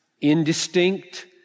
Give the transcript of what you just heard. indistinct